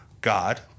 God